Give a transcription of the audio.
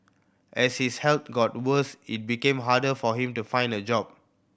as his health got worse it became harder for him to find a job